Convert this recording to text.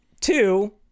two